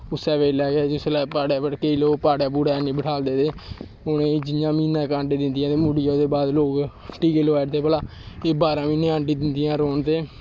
उसै बेल्लै गै पाड़ै केंई लोग पाड़ै पूड़ै निं बठालदे ते उ'नें गी जि'यां म्हीना इक अंडे दिंदियां ते मुड़ियै टीके लोआई ओड़दे भला एह् बारां म्हीने अंडे दिंदियां गै रौह्न ते